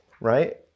right